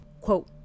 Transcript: Quote